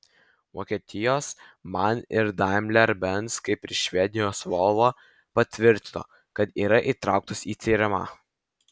vokietijos man ir daimler benz kaip ir švedijos volvo patvirtino kad yra įtrauktos į tyrimą